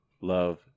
love